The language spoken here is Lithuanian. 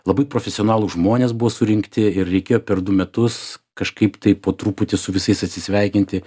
labai profesionalūs žmonės buvo surinkti ir reikėjo per du metus kažkaip taip po truputį su visais atsisveikinti